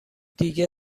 دیگه